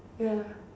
ya